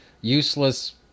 useless